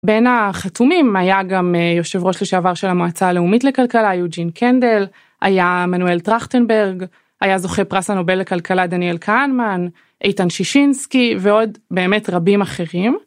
בין החתומים היה גם יושב ראש לשעבר של המועצה הלאומית לכלכלה יוג'ין קנדל, היה מנואל טרחטנברג, היה זוכה פרס הנובל לכלכלה דניאל קהנמן, איתן שישינסקי ועוד באמת רבים אחרים.